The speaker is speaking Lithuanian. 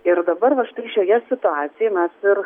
ir dabar va štai šioje situacijoje mes ir